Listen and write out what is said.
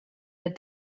that